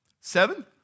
seven